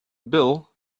bill